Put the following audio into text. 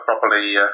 properly